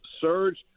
surge